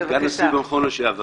במכון.